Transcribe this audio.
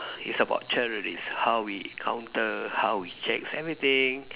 it's about terrorist how we counter how we check everything